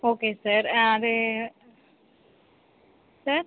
okay sir அது sir